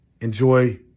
enjoy